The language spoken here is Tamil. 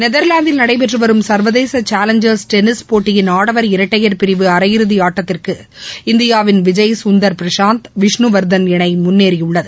நெதர்லாந்தில் நடைபெற்று வரும் சர்வதேச சாலஞ்சர்ஸ் டென்னிஸ் போட்டியின் ஆடவர் இரட்டையர் பிரிவு அரையிறுதி ஆட்டத்துக்கு இந்தியாவின் விஜய் சுந்தர் பிரஷாந்த் விஷ்ணுவர்தன் இணை முன்னேறியுள்ளது